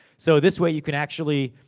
so this way, you can actually